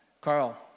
Carl